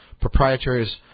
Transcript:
proprietaries